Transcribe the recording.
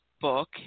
book